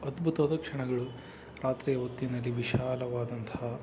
ಅದ್ಭುತವಾದ ಕ್ಷಣಗಳು ರಾತ್ರಿಯ ಹೊತ್ತಿನಲ್ಲಿ ವಿಶಾಲವಾದಂಥ